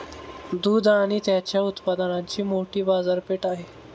दूध आणि त्याच्या उत्पादनांची मोठी बाजारपेठ आहे